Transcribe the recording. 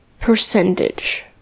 percentage